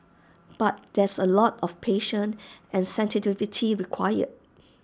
but there's A lot of patience and sensitivity required